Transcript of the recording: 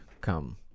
come